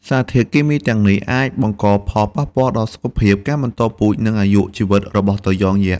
សារធាតុគីមីទាំងនេះអាចបង្កផលប៉ះពាល់ដល់សុខភាព ការបន្តពូជ និងអាយុជីវិតរបស់ត្រយងយក្ស។